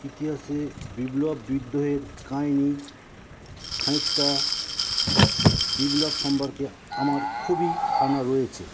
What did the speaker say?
ইতিহাসে বিপ্লব বিদ্রোহের কাহিনি খানিকটা বিপ্লব সম্পর্কে আমার খুবই ধারণা রয়েছে